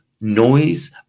noise